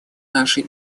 нашей